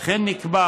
וכן נקבע